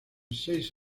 seis